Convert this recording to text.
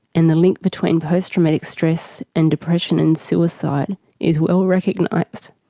and the link between post traumatic stress and depression and suicide is well recognised,